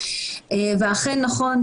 ואכן נכון,